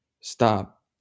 stop